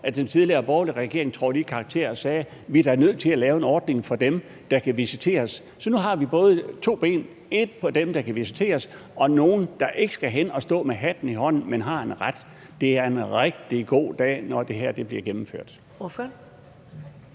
at den tidligere borgerlige regering trådte i karakter og sagde: Vi er da nødt til at lave en ordning for dem, der kan visiteres. Så nu har vi det på to ben: Noget til dem, der kan visiteres, og noget til nogle, der ikke skal hen og stå med hatten i hånden, men som har en ret. Det er en rigtig god dag, når det her bliver gennemført.